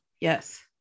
Yes